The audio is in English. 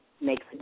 makes